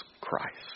Christ